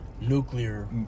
Nuclear